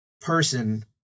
person